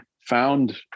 found